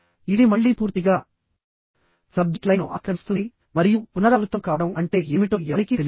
ఇది మళ్ళీ పూర్తిగా సబ్జెక్ట్ లైన్ను ఆక్రమిస్తుంది మరియు పునరావృతం కావడం అంటే ఏమిటో ఎవరికీ తెలియదు